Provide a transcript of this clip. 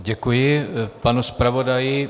Děkuji panu zpravodaji.